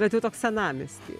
bet jau toks senamiesty